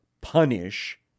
punish